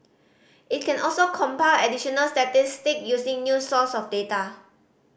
it can also compile additional statistic using new source of data